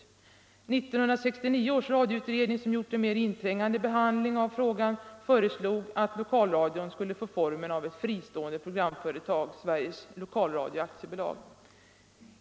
1969 års radioutredning, som gjort en mer inträngande behandling av denna fråga, föreslog att lokalradion skulle få formen av ett fristående programföretag, Sveriges Lokalradio AB.